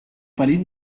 parit